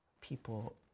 people